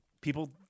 people